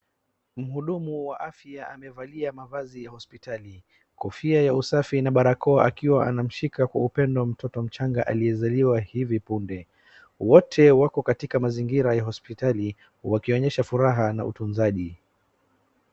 Mhudumu wa faya amevalia mavazi ya hospitali. Kofia ya usafi na barakoa akiwa anamshika kwa upendo mtoto mchanga aliyezaliwa hivi punde. Wote wako katika mazingira ya hospitali wakionyesha furaha na utunzaji.